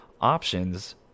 options